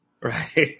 right